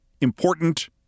important